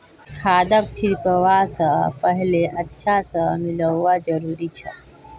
खादक छिड़कवा स पहले अच्छा स मिलव्वा जरूरी छ